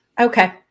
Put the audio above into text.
Okay